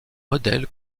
modèle